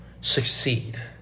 succeed